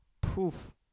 poof